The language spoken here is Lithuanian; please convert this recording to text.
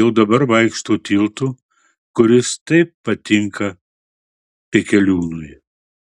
jau dabar vaikšto tiltu kuris taip patinka pekeliūnui